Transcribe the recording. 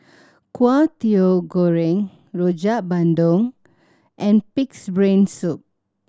Kway Teow Goreng Rojak Bandung and Pig's Brain Soup